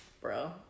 bro